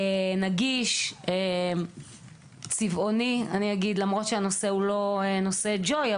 נגיש וצבעוני למרות שהנושא הוא לא נושא Joy,